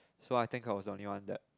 so I think I was the only one that